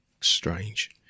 Strange